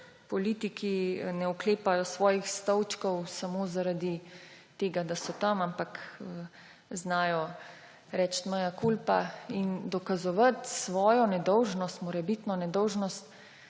politiki ne oklepajo svojih stolčkov samo zaradi tega, da so tam, ampak znajo reči mea culpa in dokazovati svojo nedolžnost, morebitno nedolžnost,